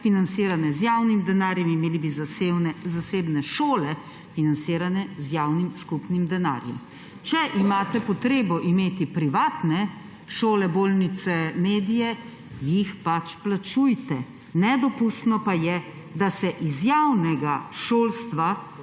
financirane z javnim denarjem, imeli bi zasebne šole, financirane s skupnim javnim denarjem. Če imate potrebo imeti privatne šole, bolnice, medije, jih pač plačujte. Nedopustno pa je, da se z javnega šolstva,